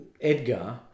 Edgar